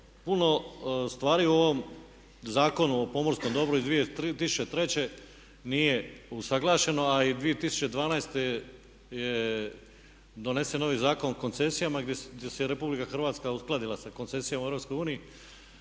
puno stvari u ovom Zakonu o pomorskom dobru iz 2003. nije usuglašeno, a i 2012. je donesen novi Zakon o koncesijama gdje se RH uskladila sa koncesijama u EU